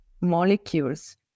molecules